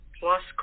plus